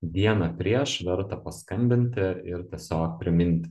dieną prieš verta paskambinti ir tiesiog priminti